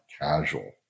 casual